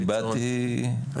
אני באתי כי הנושא באמת חשוב לי.